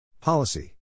policy